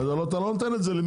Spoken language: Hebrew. זאת לא הבעיה.